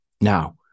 Now